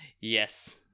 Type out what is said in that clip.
Yes